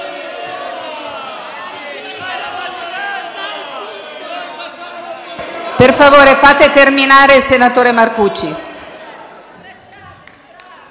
Per favore, fate terminare il senatore Marcucci.